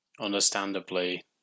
Understandably